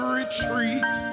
retreat